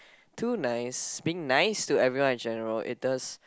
too nice being nice to everyone in general it does